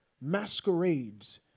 masquerades